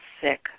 sick